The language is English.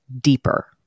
deeper